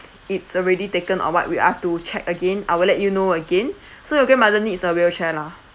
it's already taken or what we I have to check again I will let you know again so your grandmother needs a wheelchair lah